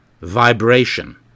Vibration